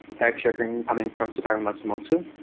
type checking coming from sautaro matsumoto,